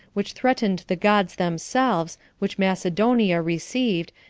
which threatened the gods themselves, which macedonia received,